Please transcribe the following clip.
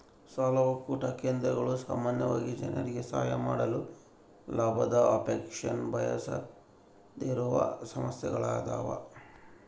ಸಾಲ ಒಕ್ಕೂಟ ಕೇಂದ್ರಗಳು ಸಾಮಾನ್ಯವಾಗಿ ಜನರಿಗೆ ಸಹಾಯ ಮಾಡಲು ಲಾಭದ ಅಪೇಕ್ಷೆನ ಬಯಸದೆಯಿರುವ ಸಂಸ್ಥೆಗಳ್ಯಾಗವ